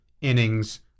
innings